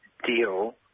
Deal